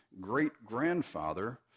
great-grandfather